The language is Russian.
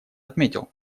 отметил